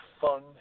fun